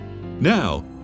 Now